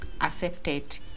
accepted